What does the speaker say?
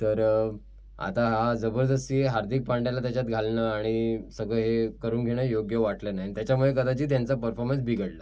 तर आता हा जबरदस्ती हार्दिक पांड्याला त्याच्यात घालणं आणि सगळं हे करून घेणं योग्य वाटलं नाही त्याच्यामुळे कदाचित ह्यांचा परफॉर्मन्स बिघडला